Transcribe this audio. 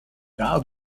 out